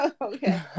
okay